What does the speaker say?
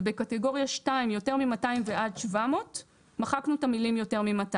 ובקטגוריה 2 יותר מ-200 ועד 700 מחקנו את המילים יותר מ-200.